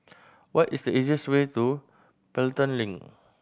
what is the easiest way to Pelton Link